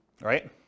right